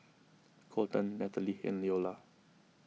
Kolten Nathaly and Leola